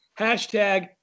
Hashtag